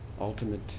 ultimate